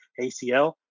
ACL